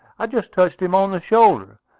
i just touched him on the shoulder.